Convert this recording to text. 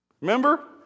Remember